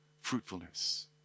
fruitfulness